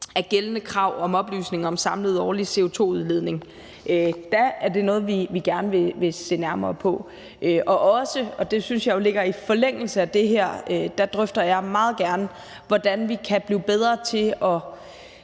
af gældende krav til oplysning om den samlede årlige CO2-udledning, så er det noget, vi gerne vil se nærmere på. Jeg drøfter også meget gerne, og det ligger i forlængelse af det her, hvordan vi kan blive bedre til at